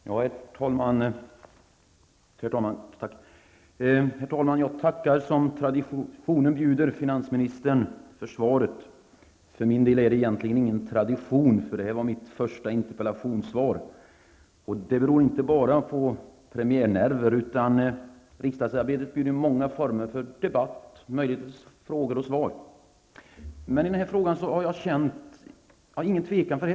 Herr talman! Jag tackar, som traditionen bjuder, finansministern för svaret. För min del är det ingen tradition -- det här var det första interpellationssvar jag fått. Det beror inte bara på premiärnerver -- riksdagsarbetet erbjuder ju många former för debatter och möjligheter till frågor och svar. I den här frågan har jag inte känt någon tvekan att interpellera.